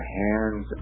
hands